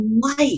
life